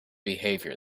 behavior